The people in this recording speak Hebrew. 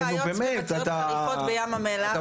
נו באמת אתה מאכזב.